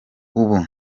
ubu